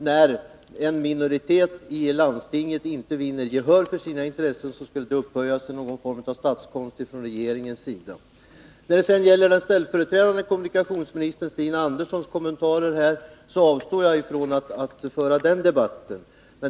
När en minoritet i landstinget inte vinner gehör för sina intressen skulle det upphöjas till någon form av statskonst från regeringens sida. När det gäller den ställföreträdande kommunikationsministern Stina Anderssons kommentar avstår jag från att föra den debatten.